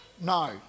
No